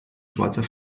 schweizer